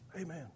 Amen